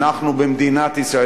אנחנו במדינת ישראל,